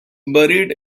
buried